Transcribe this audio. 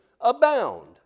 abound